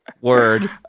word